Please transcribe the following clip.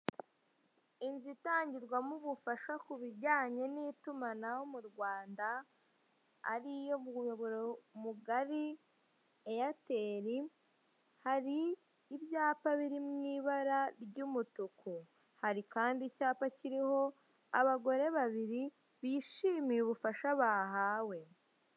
Inzu itangirwamo ubufasha ku bijyanye n'itumanaho mu Rwanda, ari yo muyoboro mugari eyateli; hari ibyapa biri mu ibara ry'umutuku, hari kandi icyapa kiriho abagore babiri, bishimiye ubufasha bahawe.